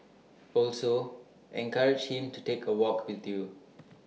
also encourage him to take A walk with you